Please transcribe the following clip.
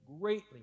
greatly